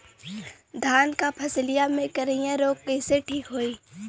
धान क फसलिया मे करईया रोग कईसे ठीक होई?